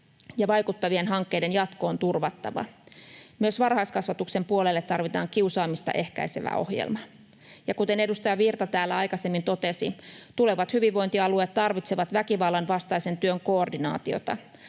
ja vaikuttavien hankkeiden jatko on turvattava. Myös varhaiskasvatuksen puolelle tarvitaan kiusaamista ehkäisevä ohjelma. Kuten edustaja Virta täällä aikaisemmin totesi, tulevat hyvinvointialueet tarvitsevat väkivallan vastaisen työn koordinaatiota.